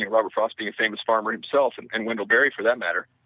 robert frost being a famous farmer himself and and wendell berry for that matter,